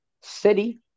City